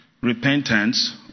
repentance